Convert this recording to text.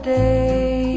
day